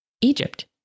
Egypt